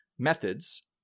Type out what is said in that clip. methods